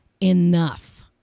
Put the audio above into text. enough